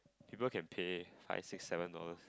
people can pay five six seven dollars